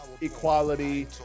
equality